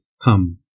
come